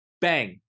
bang